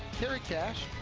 kerry cash.